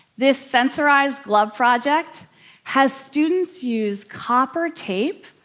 this sensorized glove project has students use copper tape,